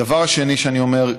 הדבר השני שאני אומר,